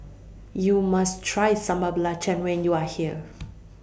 YOU must Try Sambal Belacan when YOU Are here